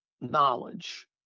knowledge